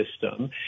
system